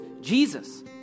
Jesus